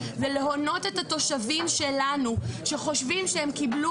זה להונות את התושבים שלנו שחושבים שהם קיבלו